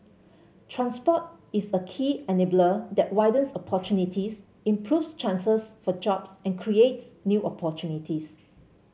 transport is a key enabler that widens opportunities improves chances for jobs and creates new opportunities